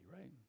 right